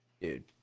dude